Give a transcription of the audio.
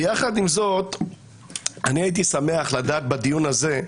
יחד עם את אני הייתי שמח לדעת בדיון הזה,